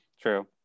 true